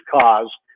cause